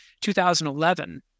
2011